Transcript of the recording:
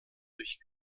durch